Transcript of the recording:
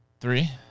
Three